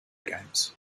games